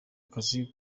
akazi